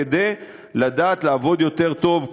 כדי לדעת לעבוד יותר טוב,